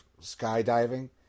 skydiving